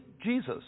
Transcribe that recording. Jesus